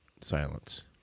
silence